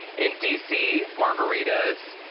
in dc, margaritas.